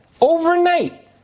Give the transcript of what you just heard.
Overnight